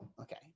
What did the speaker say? okay